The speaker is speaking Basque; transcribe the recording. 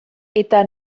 eta